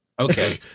okay